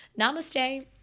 namaste